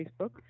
facebook